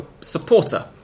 supporter